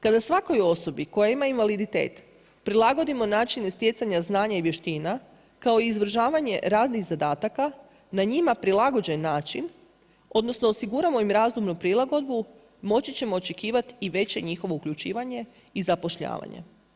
Kada svakoj osobi koja ima invaliditet prilagodimo načine stjecanja znanja i vještina kao i izvršavanje radnih zadataka na njima prilagođen način odnosno osiguramo im razumnu prilagodbu moći ćemo očekivati i veće njihovo uključivanje i zapošljavanje.